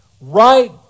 right